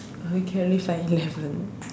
but we only can find eleven